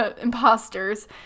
imposters